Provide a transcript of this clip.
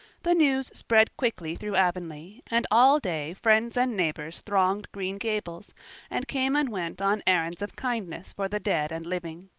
the news spread quickly through avonlea, and all day friends and neighbors thronged green gables and came and went on errands of kindness for the dead and living.